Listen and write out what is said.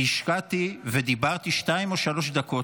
אני השקעתי ודיברתי שתיים או שלוש דקות.